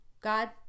god